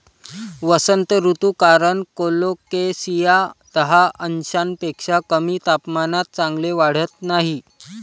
वसंत ऋतू कारण कोलोकेसिया दहा अंशांपेक्षा कमी तापमानात चांगले वाढत नाही